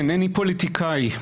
אינני פוליטיקאי,